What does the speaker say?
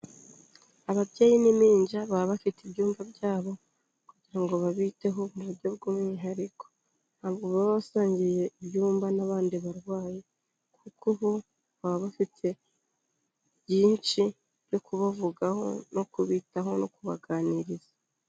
Ababyeyi n'impinja baba bafite ibyumba byabo kugira ngo babiteho mu buryo bw'umwihariko, ntabwo baba basangiye ibyumba n'abandi barwayi, kuko bo baba bafite byinshi byo kubavugaho, no kubitaho, no kubaganiriza.